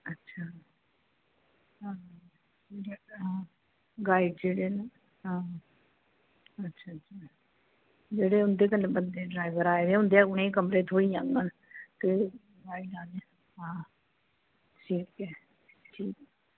अच्छा हां हां जी हां जी गाइड जेह्डे न हां अच्छा अच्छा जेह्ड़े उं'दे कन्नै बंदे ड्रैवर आए दे उ'न्दे उ'नेंगी कमरे थ्होई जाङन ते हां ठीक ऐ